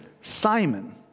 Simon